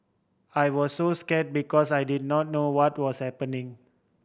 I was so scare because I did not know what was happening